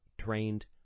trained